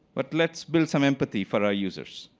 but let's build so thempathy for our users.